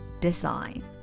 design